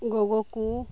ᱜᱚᱜᱚ ᱠᱚ